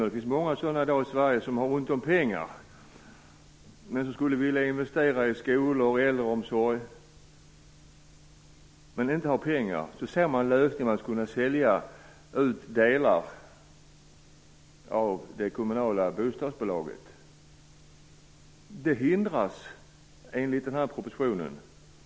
Det finns många kommuner i Sverige i dag som skulle vilja investera i skolor och äldreomsorg men som inte har pengar. Kanske ser man en lösning i att sälja ut delar av det kommunala bostadsbolaget. Men det hindras enligt den här propositionen.